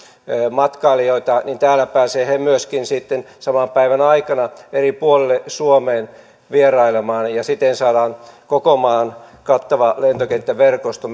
matkailijoita niin täällä he pääsevät myöskin sitten saman päivän aikana eri puolille suomeen vierailemaan ja siten saadaan koko maan kattava lentokenttäverkosto